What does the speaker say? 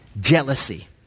Jealousy